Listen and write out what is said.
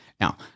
Now